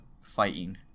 fighting